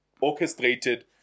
orchestrated